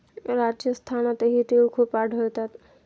राजस्थानातही तिळ खूप आढळतात